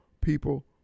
people